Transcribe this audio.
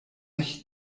ich